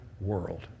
world